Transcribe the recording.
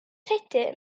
credu